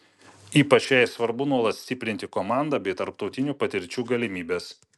ypač jai svarbu nuolat stiprinti komandą bei tarptautinių patirčių galimybes